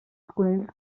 conills